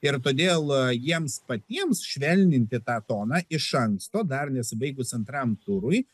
ir todėl jiems patiems švelninti tą toną iš anksto dar nesibaigus antram turui